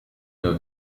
nur